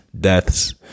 deaths